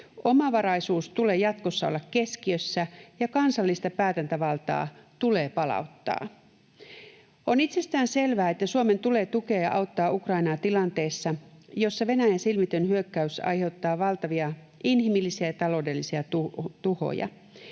Omavaraisuuden tulee jatkossa olla keskiössä, ja kansallista päätäntävaltaa tulee palauttaa. On itsestäänselvää, että Suomen tulee tukea ja auttaa Ukrainaa tilanteessa, jossa Venäjän silmitön hyökkäys aiheuttaa valtavia inhimillisiä ja taloudellisia tuhoja.